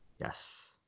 yes